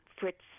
Fritz